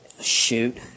Shoot